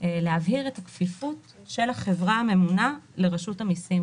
להבהיר את הכפיפות של החברה הממונה לרשות המיסים,